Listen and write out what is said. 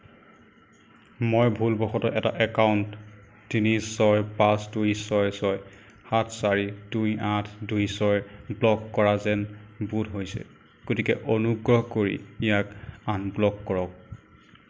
মই ভুলবশতঃ এটা একাউণ্ট তিনি ছয় পাঁচ দুই ছয় ছয় সাত চাৰি দুই আঠ দুই ছয় ব্লক কৰা যেন বোধ হৈছে গতিকে অনুগ্ৰহ কৰি ইয়াক আনব্লক কৰক